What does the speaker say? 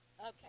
okay